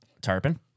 tarpon